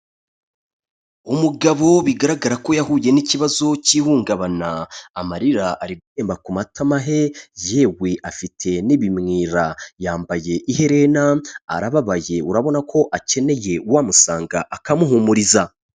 Umugabo bigaragara ko yahuye n'ikibazo cy'ihungabana, amarira ari gutemba ku matama he yewe afite n'ibimwira, yambaye iherena, arababaye, urabona ko akeneye uwamusanga akamuhumuriza.